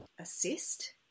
assist